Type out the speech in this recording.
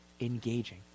engaging